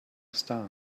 star